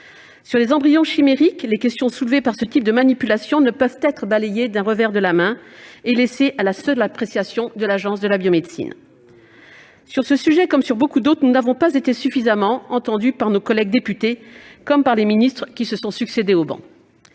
Sur les embryons chimériques, les questions soulevées par ce type de manipulation ne peuvent être balayées d'un revers de main et laissées à la seule appréciation de l'Agence de la biomédecine. Sur ce sujet comme sur beaucoup d'autres, nous n'avons pas été suffisamment entendus par nos collègues députés comme par les ministres qui se sont succédé au banc